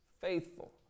faithful